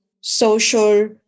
social